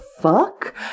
fuck